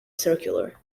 circular